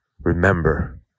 Remember